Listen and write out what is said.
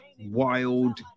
Wild